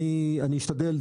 אשתדל.